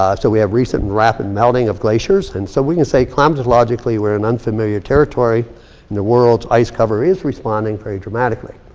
ah so we have recent rapid melting of glaciers. and so we can say climatologically, we are in unfamiliar territory, and the world's ice cover is responding very dramatically.